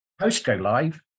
Post-go-live